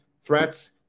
threats